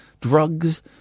drugs